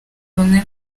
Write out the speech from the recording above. bamwe